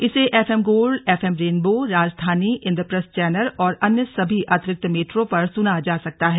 इसे F M gold F M rainbow Rajdhani Indraprastha channel और अन्य सभी अतिरिक्त मीटरों पर सुना जा सकता है